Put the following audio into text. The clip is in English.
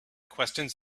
questions